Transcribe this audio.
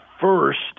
first